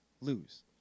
lose